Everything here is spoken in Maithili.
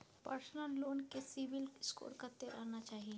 पर्सनल लोन ले सिबिल स्कोर कत्ते रहना चाही?